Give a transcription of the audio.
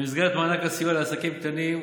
ובמסגרת מענק הסיוע לעסקים קטנים,